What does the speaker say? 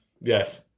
Yes